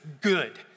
good